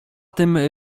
tym